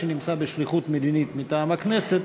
שנמצא בשליחות מדינית מטעם הכנסת,